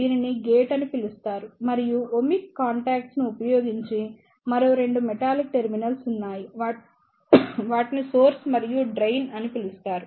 దీనిని గేట్ అని పిలుస్తారు మరియు ఒమిక్ కాంటాక్స్ ను ఉపయోగించి మరో రెండు మెటాలిక్ టెర్మినల్స్ ఉన్నాయి వాటిని సోర్స్ మరియు డ్రెయిన్ అని పిలుస్తారు